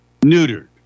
neutered